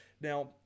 Now